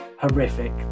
horrific